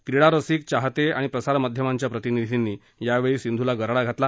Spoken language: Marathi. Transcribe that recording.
क्रीडा रसिक चाहते आणि प्रसारमाध्यमांच्या प्रतिनिधींनी या वेळी सिंधूला गराडा घातला